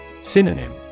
Synonym